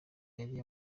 yari